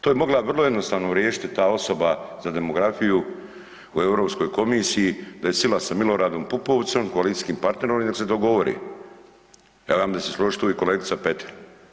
To je mogla vrlo jednostavno riješiti ta osoba za demografiju u Europskoj komisiji da je sila sa Miloradom Pupovcom koalicijskim partnerom i nek se dogovore, e onda se složit tu i kolegica Petir.